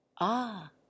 Ah